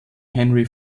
henry